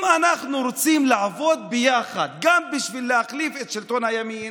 אם אנחנו רוצים לעבוד ביחד גם בשביל להחליף את שלטון הימין,